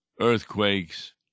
earthquakes